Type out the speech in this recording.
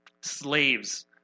slaves